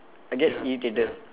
I get irritated